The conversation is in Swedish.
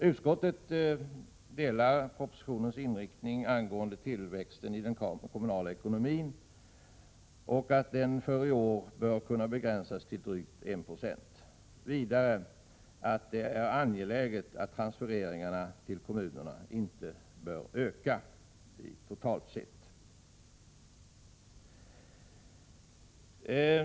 Utskottet ansluter sig till propositionens inriktning när det gäller tillväxten iden kommunala ekonomin. För i år bör denna tillväxt kunna begränsas till drygt 1 96. Vidare är det angeläget att transfereringarna till kommunerna inte ökar totalt sett.